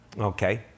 okay